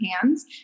hands